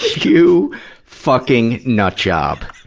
you fucking nut job.